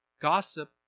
gossip